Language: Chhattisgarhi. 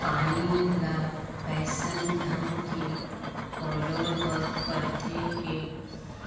पानी ल अइसन ढंग के पलोय बर परथे के